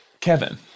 Kevin